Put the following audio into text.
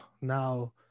now